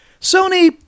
Sony